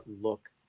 look